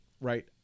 right